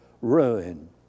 Ruin